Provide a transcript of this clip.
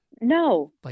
No